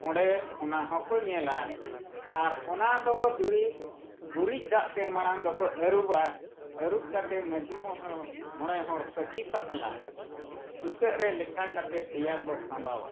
ᱚᱸᱰᱮ ᱚᱱᱟ ᱦᱚᱸᱠᱚ ᱧᱮᱞᱟ ᱟᱨ ᱚᱱᱟ ᱫᱚ ᱫᱩᱨᱤᱵᱽ ᱜᱩᱨᱤᱡ ᱫᱟᱜ ᱛᱮ ᱢᱟᱲᱟᱝ ᱫᱚᱠᱚ ᱟᱹᱨᱩᱵᱟ ᱟᱹᱨᱩᱵ ᱠᱟᱛᱮᱫ ᱢᱟᱺᱡᱷᱤ ᱢᱚᱦᱚᱞ ᱢᱚᱬᱮ ᱦᱚᱲ ᱥᱟᱹᱠᱷᱤ ᱥᱟᱛᱞᱟ ᱪᱩᱠᱟᱹᱜ ᱨᱮ ᱞᱮᱠᱷᱟ ᱠᱟᱛᱮᱫ ᱯᱮᱭᱟ ᱠᱚ ᱥᱟᱢᱵᱟᱣᱟ